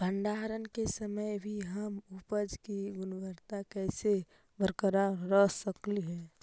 भंडारण के समय भी हम उपज की गुणवत्ता कैसे बरकरार रख सकली हे?